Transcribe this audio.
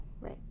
right